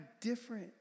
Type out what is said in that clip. different